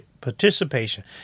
participation